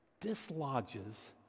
dislodges